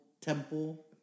temple